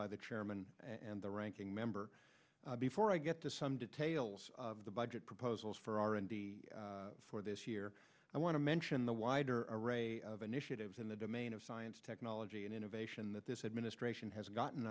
by the chairman and the ranking member before i get to some details of the budget proposals for r and d for this year i want to mention the wider array of initiatives in the domain of science technology and innovation that this administration has gotten